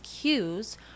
cues